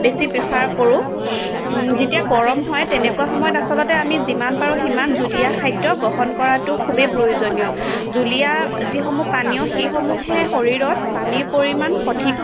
বেছি প্ৰিফাৰ কৰোঁ যেতিয়া গৰম হয় তেনেকুৱা সময়ত আচলতে আমি যিমান পাৰোঁ সিমান জুলীয়া খাদ্য গ্ৰহণ কৰাটো খুবেই প্ৰয়োজনীয় জুলীয়া যিসমূহ পানীয় সেইসমূহে শৰীৰত পানীৰ পৰিমাণ সঠিক